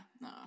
No